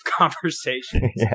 conversations